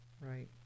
right